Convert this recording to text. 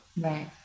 Right